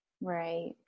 Right